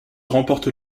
remporte